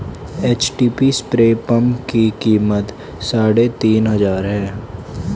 HTP spray pump की कीमत साढ़े तीन हजार है